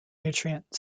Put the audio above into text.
nutrient